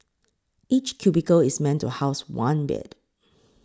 each cubicle is meant to house one bed